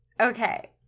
Okay